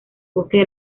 bosques